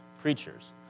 preachers